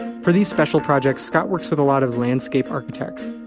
for these special projects scott works with a lot of landscape architects.